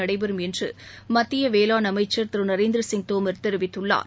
நடைபெறும் என்று மத்திய வேளாண் அமைச்சர் திரு நரேந்திர சிங் தோமர் தெரிவித்துள்ளாா்